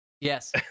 yes